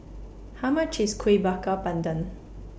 How much IS Kueh Bakar Pandan